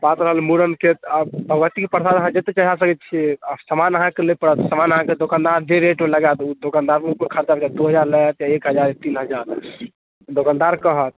बात रहल मूड़नके आओर भगवतीके परसाद अहाँ जतेक चढ़ा सकै छिए आओर समान अहाँके लै पड़त समान अहाँके दोकनदार जे रेट लगाएत ओ दोकनदारके खरचा हेतै दुइ हजार लागत कि एक हजार तीन हजार दोकनदार कहत